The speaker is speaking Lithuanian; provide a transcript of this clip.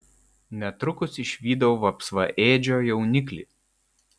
netrukus išvydau vapsvaėdžio jauniklį